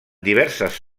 diverses